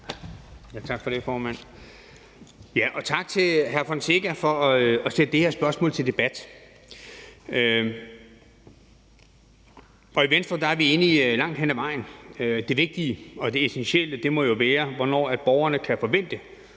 Tak for det, formand. Tak til hr. Mike Villa Fonseca for at sætte det her spørgsmål til debat. I Venstre er vi enige langt hen ad vejen. Det vigtige og det essentielle må jo være, hvornår borgerne kan forvente